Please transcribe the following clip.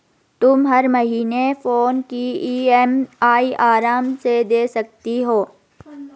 तुम हर महीने फोन की ई.एम.आई आराम से दे सकती हो